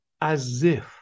as-if